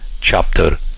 chapter